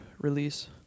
release